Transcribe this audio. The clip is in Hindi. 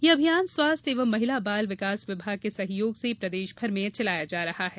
यह अभियान स्वास्थ्य एवं महिला बाल विकास विभाग के सहयोग से प्रदेशभर में चलाया जा रहा है